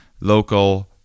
local